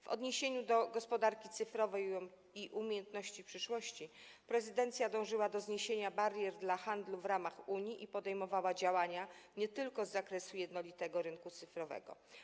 W odniesieniu do gospodarki cyfrowej i umiejętności przyszłości prezydencja dążyła do zniesienia barier dla handlu w ramach Unii i podejmowała działania nie tylko z zakresu jednolitego rynku cyfrowego.